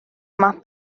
más